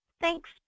Thanks